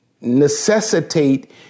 necessitate